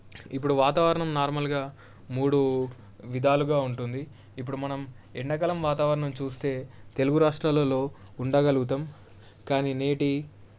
ఇప్పుడు వాతావరణం నార్మల్గా మూడు విధాలుగా ఉంటుంది ఇప్పుడు మనం ఎండాకాలం వాతావరణం చూస్తే తెలుగు రాష్ట్రాలల్లో ఉండగలుగుతాం కానీ నేటి